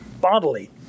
bodily